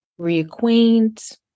reacquaint